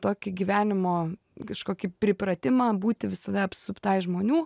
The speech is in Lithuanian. tokį gyvenimo kažkokį pripratimą būti visada apsuptai žmonių